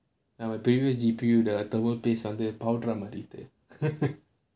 ya my previous G_P_U the thermal base வந்து:vanthu powder ah மாறிட்டு: maarittu